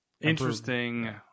Interesting